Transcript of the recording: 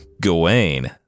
Gawain